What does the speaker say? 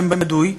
שם בדוי,